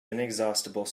inexhaustible